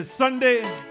Sunday